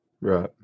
Right